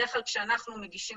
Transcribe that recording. בדרך כלל כשאנחנו מגישים